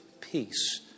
peace